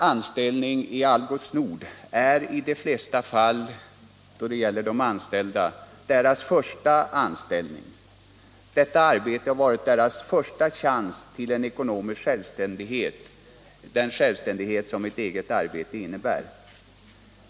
Anställningen vid Algots Nord har i de flesta fall varit deras första anställning; detta arbete har varit deras första chans till den ekonomiska självständighet som ett eget arbete innebär.